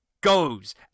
goes